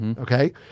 Okay